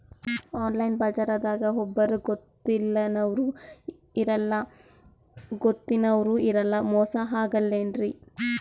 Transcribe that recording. Online ಬಜಾರದಾಗ ಒಬ್ಬರೂ ಗೊತ್ತಿನವ್ರು ಇರಲ್ಲ, ಮೋಸ ಅಗಲ್ಲೆನ್ರಿ?